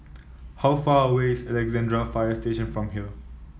how far away is Alexandra Fire Station from here